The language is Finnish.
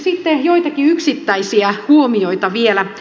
sitten joitakin yksittäisiä huomioita vielä